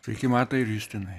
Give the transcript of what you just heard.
sveiki matai ir justinai